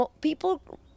people